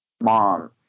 mom